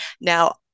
Now